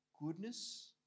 goodness